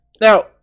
Now